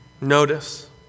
Notice